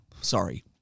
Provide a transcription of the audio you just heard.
sorry